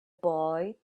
boy